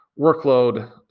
workload